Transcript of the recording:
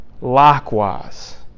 likewise